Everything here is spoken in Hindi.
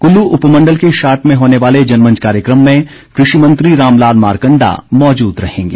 कुल्लू उपमण्डल के शाट में होने वाले जनमंच कार्यक्रम में कृषिमंत्री रामलाल मारकंडा मौजूद रहेंगे